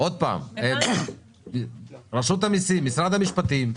רשות המיסים, משרד המשפטים,